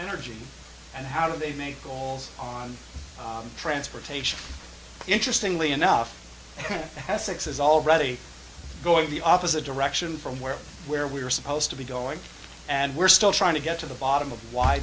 energy and how do they make goals on transportation interestingly enough that has six is already going the opposite direction from where where we're supposed to be going and we're still trying to get to the bottom of why